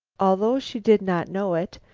although she did not know it,